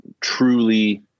truly